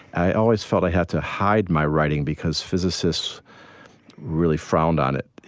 i always felt i had to hide my writing because physicists really frowned on it.